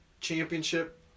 championship